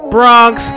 Bronx